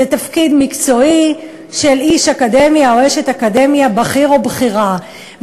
זה תפקיד מקצועי של איש אקדמיה או אשת אקדמיה בכיר או בכירה.